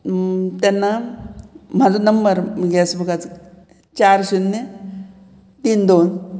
तेन्ना म्हाजो नंबर गॅसबुकाचो चार शुन्य तीन दोन